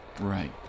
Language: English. Right